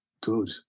good